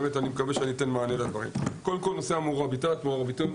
בנושא המוראביטון והמוראביטת,